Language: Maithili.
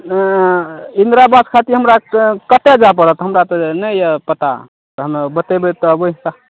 इन्द्रा आवास खातिर हमरा कतऽ जाए पड़त हमरा तऽ नहि यऽ पता तहन बतेबै तब